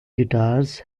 guitars